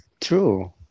True